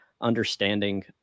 understanding